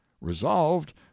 resolved